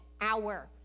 hour